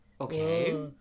Okay